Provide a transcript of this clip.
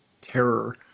terror